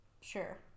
Sure